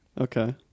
Okay